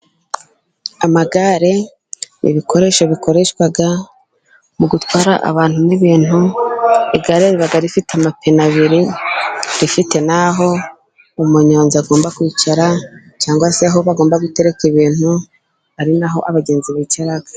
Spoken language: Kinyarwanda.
Amagare ibikoresho bikoreshwa mu gutwara abantu n'ibintu igare riba rifite amapine abiri, rifite naho'umunyonzi agomba kwicara cyangwa se aho bagomba gutereka ibintu, hari naho abagenzi bicara.